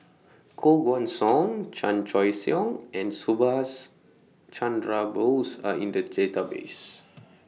Koh Guan Song Chan Choy Siong and Subhas Chandra Bose Are in The Database